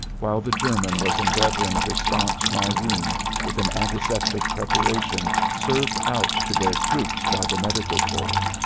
while the german was endeavoring to stanch my wound with an antiseptic preparation served out to their troops by the medical corps.